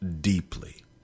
deeply